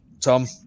Tom